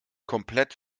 komplett